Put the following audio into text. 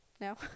No